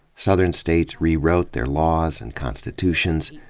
southern states rewrote their laws and constitutions,